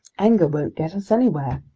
anger won't get us anywhere.